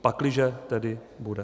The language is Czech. Pakliže tedy bude.